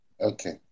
Okay